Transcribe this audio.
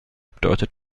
bedeutet